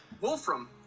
Wolfram